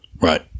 Right